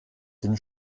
den